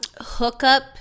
hookup